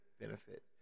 benefit